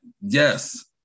yes